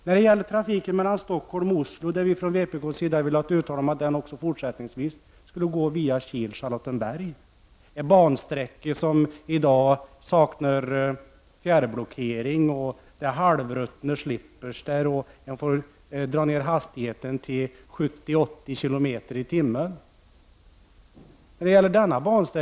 När det gäller trafiken mellan Stockholm och Oslo vill vi från vänsterpartiets sida ha ett uttalande om att den också fortsättningsvis skall gå via Kil-Charlottenberg, en bansträcka som i dag saknar fjärrblockering, där det är halvruttna slipers och där man får dra ner hastigheten till 70—80 kilometer i timmen.